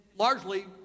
largely